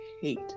hate